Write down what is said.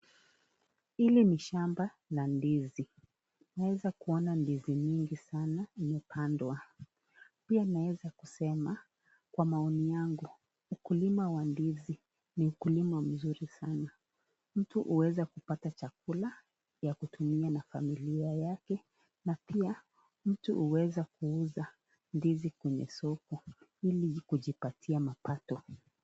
Hili ni shamba la ndizi. Naweza kuona ndizi nyingi sana imepandwa hapa pia naweza kusema kwa maoni yangu mkulima wa ndizi ni mkulima mzuri sana. Mtu huweza kupata chakula ya kutumia na familia yake na pia mtu huweza kuuza ndizi kwenye soko ili kujipatia mapato.